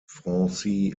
francis